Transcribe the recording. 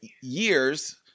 years